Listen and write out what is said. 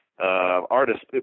artists